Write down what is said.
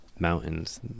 Mountains